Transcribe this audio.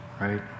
right